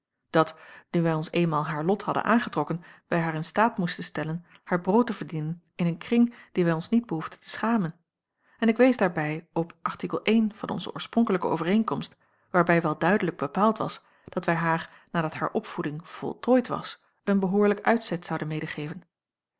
dat nu wij ons eenmaal haar lot hadden aangetrokken wij haar in staat moesten stellen haar brood te verdienen in een kring dien wij ons niet behoefden te schamen en ik wees daarbij op art i van onze oorspronkelijke overeenkomst waarbij wel duidelijk bepaald was dat wij haar nadat haar opvoeding voltooid was een behoorlijk uitzet zouden medegeven